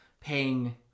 paying